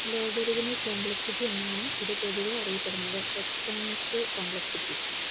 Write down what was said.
logarithmic complexity എന്നാണ് ഇത് പൊതുവെ അറിയപ്പെടുന്നത് എക്സ്പോണൻഷ്യൽ കോംപ്ലക്സിറ്റി